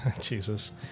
Jesus